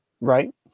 Right